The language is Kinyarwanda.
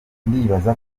ndibaza